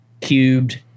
cubed